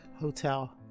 hotel